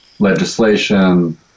legislation